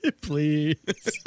Please